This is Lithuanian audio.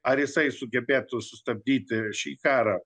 ar jisai sugebėtų sustabdyti šį karą